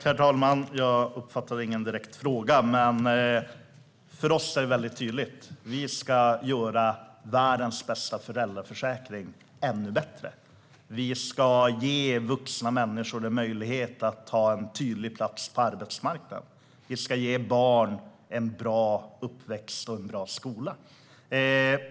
Herr talman! Jag uppfattade ingen direkt fråga, men för oss är det väldigt tydligt att vi ska göra världens bästa föräldraförsäkring ännu bättre. Vi ska ge vuxna människor möjlighet att ta en tydlig plats på arbetsmarknaden. Vi ska ge barn en bra uppväxt och en bra skola.